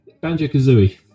Banjo-Kazooie